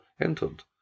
entered